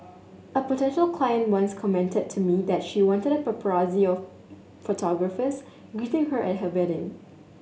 a potential client once commented to me that she wanted a paparazzi of photographers greeting her at her wedding